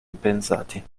impensati